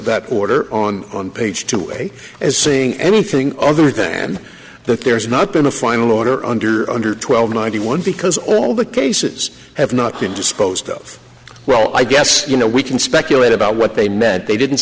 that order on on page two as saying anything other than that there's not been a final order under under twelve ninety one because all the cases have not been disposed of well i guess you know we can speculate about what they meant they didn't